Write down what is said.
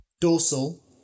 Dorsal